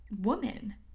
woman